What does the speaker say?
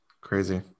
crazy